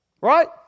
Right